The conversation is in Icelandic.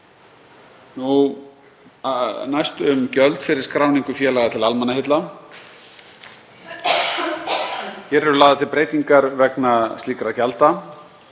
Næst um gjöld fyrir skráningu félaga til almannaheilla. Hér eru lagðar til breytingar vegna slíkra gjalda.